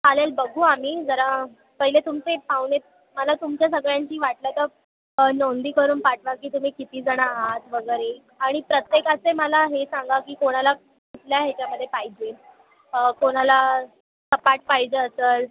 चालेल बघू आम्ही जरा पहिले तुमचे पाहुणे मला तुमच्या सगळ्यांची वाटलं तर नोंदी करून पाठवा की तुम्ही किती जण आहात वगैरे आणि प्रत्येकाचे मला हे सांगा की कोणाला कुठल्या ह्याच्यामध्ये पाहिजेत कोणाला सपाट पाहिजे असेल